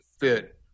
fit